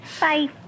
Bye